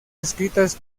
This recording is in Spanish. escritas